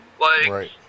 Right